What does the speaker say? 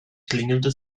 klingelte